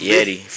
Yeti